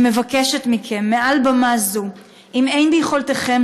אני מבקשת מכם מעל במה זו: אם אין ביכולתכם